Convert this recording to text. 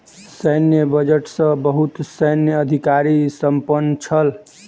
सैन्य बजट सॅ बहुत सैन्य अधिकारी प्रसन्न छल